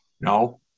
no